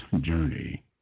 journey